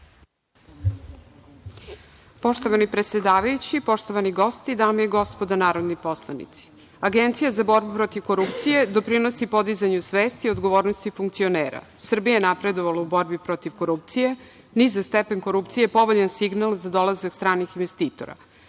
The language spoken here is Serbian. Poštovani predsedavajući, poštovani gosti, dame i gospodo narodni poslanici, Agencija za borbu protiv korupcije doprinosi podizanju svesti i odgovornosti funkcionera. Srbija je napredovala u borbi protiv korupcije. Nizak stepen korupcije je povoljan signal za dolazak stranog investitora.